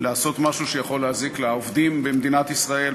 לעשות משהו שיכול להזיק לעובדים במדינת ישראל,